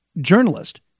journalist